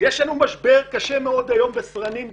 יש לנו משבר קשה מאוד בסרנים בצה"ל.